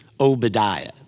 Obadiah